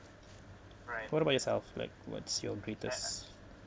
what about yourself like what's your greatest